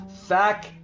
fact